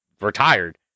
retired